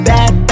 Bad